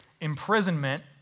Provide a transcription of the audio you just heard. imprisonment